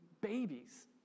babies